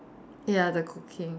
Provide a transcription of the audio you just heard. ya the cooking